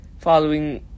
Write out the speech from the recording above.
following